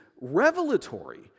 revelatory